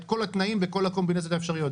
כל התנאים בכל הקומבינציות האפשריות,